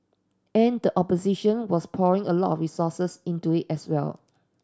and opposition was pouring a lot resources into as well